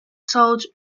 sold